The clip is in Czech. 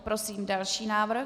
Prosím další návrh.